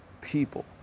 people